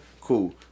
Cool